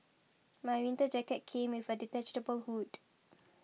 my winter jacket came with a detachable hood